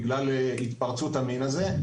בכלל התפרצות המין הזה.